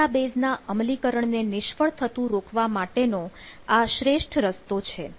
database ના અમલીકરણને નિષ્ફળ થતું રોકવા માટેનો આ શ્રેષ્ઠ રસ્તો છે